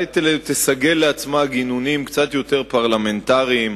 תסגל לעצמה גינונים קצת יותר פרלמנטריים.